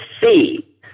see